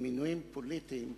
מינויים פוליטיים,